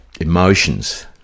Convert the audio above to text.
Emotions